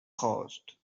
cost